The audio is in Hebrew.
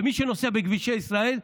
ומי שנוסע בכבישי ישראל,